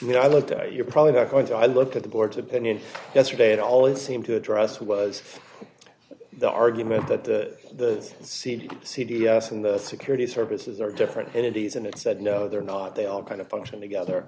you know i looked you're probably not going to i look at the boards opinion yesterday it always seemed to address was the argument that the seed c d s and the security services are different entities and it said no they're not they all kind of function together